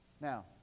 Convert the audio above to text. Now